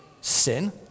sin